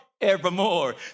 Evermore